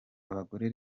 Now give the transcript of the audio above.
abagore